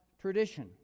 tradition